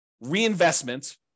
reinvestment